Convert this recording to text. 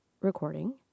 recording